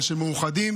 להתווכח.